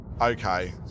Okay